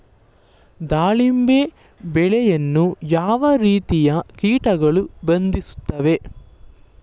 ದಾಳಿಂಬೆ ಬೆಳೆಯನ್ನು ಯಾವ ರೀತಿಯ ಕೀಟಗಳು ಬಾಧಿಸುತ್ತಿವೆ?